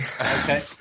Okay